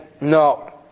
No